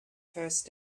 first